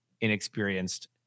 inexperienced